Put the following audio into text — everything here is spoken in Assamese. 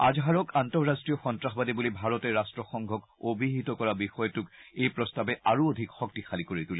আজহাৰক আন্তঃৰাষ্টীয় সন্তাসবাদী বুলি ভাৰতে ৰাষ্টসংঘক অভিহিত কৰা বিষয়টোক এই প্ৰস্তাৱে আৰু অধিক শক্তিশালী কৰি তূলিব